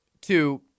Two